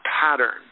pattern